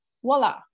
voila